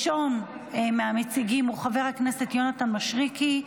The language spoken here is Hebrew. ראשון המציגים הוא חבר הכנסת יונתן מישרקי.